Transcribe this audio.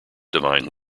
divine